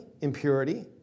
impurity